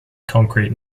concrete